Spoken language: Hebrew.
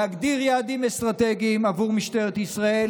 להגדיר יעדים אסטרטגיים עבור משטרת ישראל